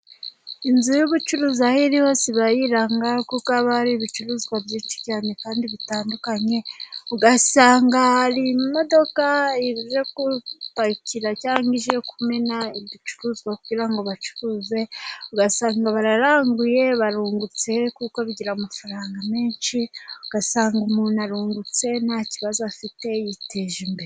Inzu y'ubucuruzi aho iri hose iba yiranga, kuko aba ari ibicuruzwa byinshi cyane kandi bitandukanye, ugasanga imodoka ziri gupakira, cyangwa zirimo kumena ibicuruzwa, kugira ngo bacuruze, ugasanga bararanguye barungutse, kuko bigira amafaranga menshi, ugasanga umuntu arungutse nta kibazo afite yiteje imbere.